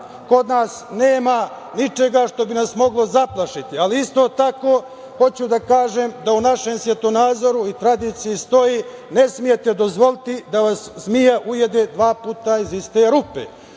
kod nas nema ničega što bi nas moglo zaplašiti. Ali, isto tako, hoću da kažem da u našem svetonazoru i tradiciji stoji: „Ne smete dozvoliti da vas zmija ujede dva puta iz iste rupe.“